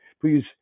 please